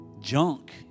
junk